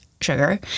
sugar